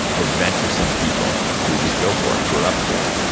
adventuresome people, who just go for it, who are up for it.